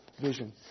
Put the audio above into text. vision